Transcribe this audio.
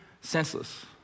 senseless